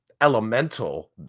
elemental